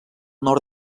nord